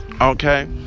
okay